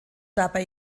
dabei